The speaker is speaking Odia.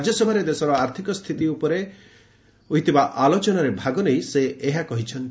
ରାଜ୍ୟସଭାରେ ଦେଶର ଆର୍ଥିକ ସ୍ଥିତି ଉପରେ ହୋଇଥିବା ଆଲୋଚନାରେ ଭାଗ ନେଇ ସେ ଏହା କହିଛନ୍ତି